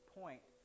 point